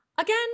again